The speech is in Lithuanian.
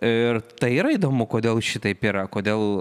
ir tai yra įdomu kodėl šitaip yra kodėl